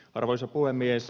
arvoisa puhemies